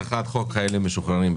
46-001 חוק חיילים משוחררים.